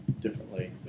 differently